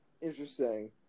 Interesting